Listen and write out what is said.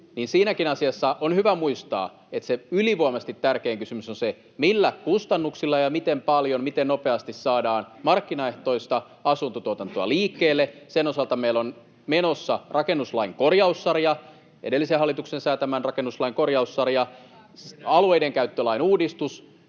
siinäkin asiassa on hyvä muistaa, että se ylivoimaisesti tärkein kysymys on se, millä kustannuksilla ja miten paljon, miten nopeasti saadaan markkinaehtoista asuntotuotantoa liikkeelle. Sen osalta meillä on menossa rakennuslain korjaussarja, edellisen hallituksen säätämän rakennuslain korjaussarja, alueidenkäyttölain uudistus